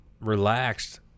relaxed